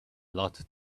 lot